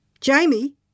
Jamie